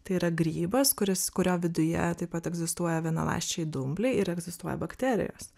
tai yra grybas kuris kurio viduje taip pat egzistuoja vienaląsčiai dumbliai ir egzistuoja bakterijos